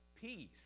peace